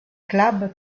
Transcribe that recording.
club